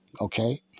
Okay